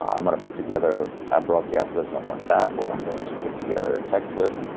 i'm gonna put together a broadcast list on whatsapp. or, i'm going to put together a text list.